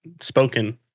spoken